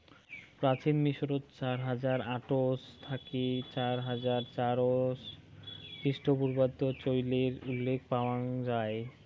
প্রাচীন মিশরত চার হাজার আটশ থাকি চার হাজার চারশ খ্রিস্টপূর্বাব্দ চইলের উল্লেখ পাওয়াং যাই